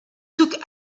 took